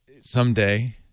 someday